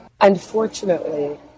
unfortunately